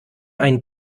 einen